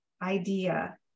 Idea